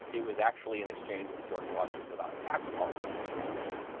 it was actually an exchange with george washington about tax policy as it happens.